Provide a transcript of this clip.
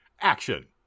action